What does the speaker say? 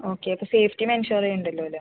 okay അപ്പോൾ safety ensure ചെയ്യണ്ടല്ലോ അല്ലേ